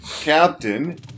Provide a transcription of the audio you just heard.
captain